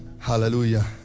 Hallelujah